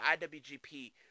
IWGP